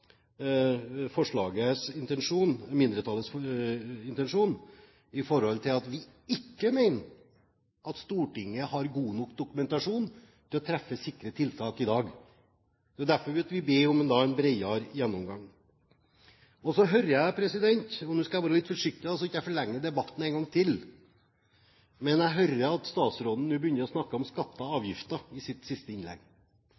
mindretallets intensjon med forslaget, for vi mener at Stortinget ikke har god nok dokumentasjon til å treffe sikre tiltak i dag. Det er derfor vi ber om en annen, bredere gjennomgang. Så hører jeg – og nå skal jeg være litt forsiktig så jeg ikke forlenger debatten en gang til – at statsråden nå begynner å snakke om skatter og